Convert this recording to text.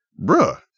Bruh